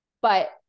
But-